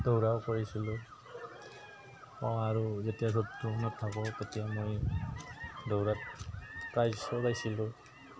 দৌৰাও কৰিছিলোঁ অঁ আৰু যেতিয়া তেতিয়া মই দৌৰাত প্ৰাইজো পাইছিলোঁ